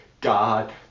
God